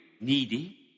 needy